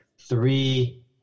Three